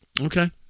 okay